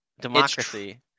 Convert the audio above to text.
democracy